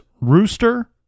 Rooster